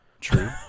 True